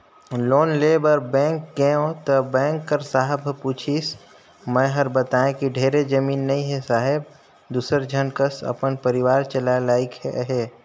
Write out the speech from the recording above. loan लेय बर bank गेंव त बेंक कर साहब ह पूछिस मै हर बतायें कि ढेरे जमीन नइ हे साहेब दूसर झन कस अपन परिवार चलाय लाइक हे